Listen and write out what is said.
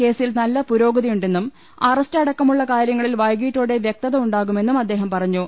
കേസിൽ നല്ല പുരോഗതിയുണ്ടെന്നും അറസ്റ്റ് അടക്കമുള്ള കാര്യങ്ങളിൽ വൈകീട്ടോടെ വൃക്തത ഉണ്ടാകുമെന്നും അദ്ദേഹം പറഞ്ഞു